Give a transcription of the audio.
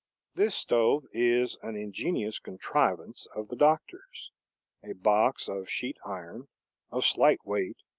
this stove is an ingenious contrivance of the doctor's a box of sheet-iron, of slight weight,